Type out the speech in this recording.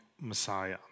Messiah